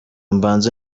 mbanze